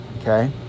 okay